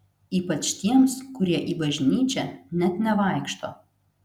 ypač tiems kurie į bažnyčią net nevaikšto